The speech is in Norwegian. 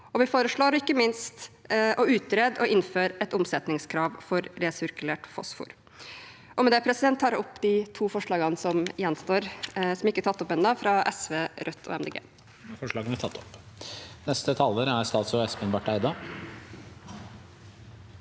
vi foreslår, ikke minst, å utrede og innføre et omsetningskrav for resirkulert fosfor. Med det tar jeg opp de to forslagene som som ikke er tatt opp ennå, fra SV, Rødt og